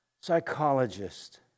psychologist